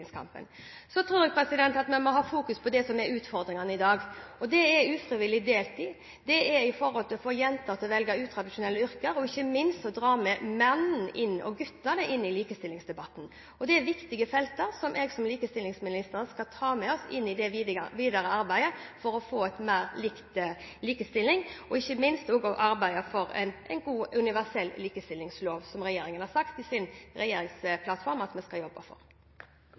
likestillingskampen. Så tror jeg at vi må ha fokus på det som er utfordringene i dag, og det er ufrivillig deltid, det å få jenter til å velge utradisjonelle yrker, og ikke minst det å dra mennene og guttene med inn i likestillingsdebatten. Det er viktige felter som jeg som likestillingsminister skal ta med meg inn i det videre arbeidet for å få mer likestilling – og ikke minst arbeide for en god universell likestillingslov, som regjeringen i sin regjeringsplattform har sagt at den skal jobbe for.